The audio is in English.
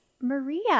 Maria